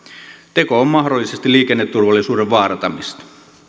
teko on mahdollisesti liikenneturvallisuuden vaarantamista